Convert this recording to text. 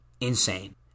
insane